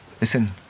Listen